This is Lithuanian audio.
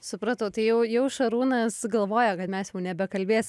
supratau tai jau jau šarūnas galvoja kad mes jau nebekalbės